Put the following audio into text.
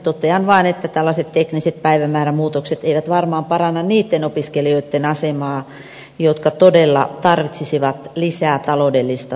totean vaan että tällaiset tekniset päivämäärämuutokset eivät varmaan paranna niitten opiskelijoitten asemaa jotka todella tarvitsisivat lisää taloudellista tukea